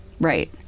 Right